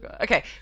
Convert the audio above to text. Okay